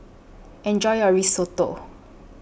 Enjoy your Risotto